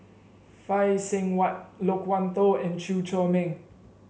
Phay Seng Whatt Loke Wan Tho and Chew Chor Meng